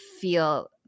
feel